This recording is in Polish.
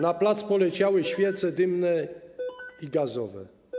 Na plac poleciały świece dymne i gazowe.